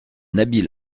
habile